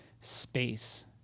space